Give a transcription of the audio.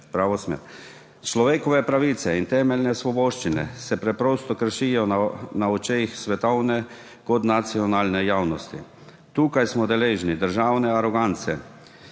Človekove pravice in temeljne svoboščine se preprosto kršijo na očeh svetovne in nacionalne javnosti. Tukaj smo deležni državne arogance,